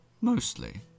Mostly